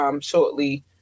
shortly